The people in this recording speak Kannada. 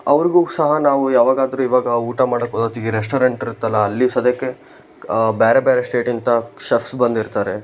ಅವರಿಗೂ ಸಹ ನಾವು ಯಾವಾಗಾದರೂ ಇವಾಗ ಊಟ ಮಾಡೋ ಹೊತ್ತಿಗೆ ರೆಸ್ಟೋರೆಂಟ್ ಇರುತ್ತಲ್ಲಾ ಅಲ್ಲಿ ಸಧ್ಯಕ್ಕೆ ಬೇರೆ ಬೇರೆ ಸ್ಟೇಟಿಂದ ಶೆಫ್ಸ್ ಬಂದಿರ್ತಾರೆ